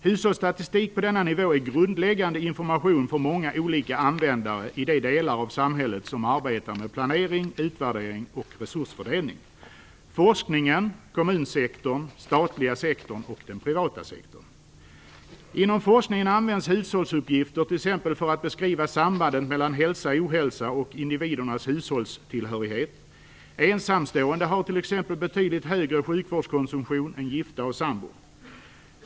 Hushållsstatistik på denna nivå är grundläggande information för många olika användare i de delar av samhället där man arbetar med planering, utvärdering och resursfördelning t.ex. inom forskningen, kommunsektorn, den statliga sektorn och den privata sektorn. Inom forskningen används hushållsuppgifter exempelvis för att beskriva sambanden mellan hälsa, ohälsa och individernas hushållstillhörighet. Ensamstående har t.ex. betydligt högre sjukvårdskonsumtion än gifta och sammanboende.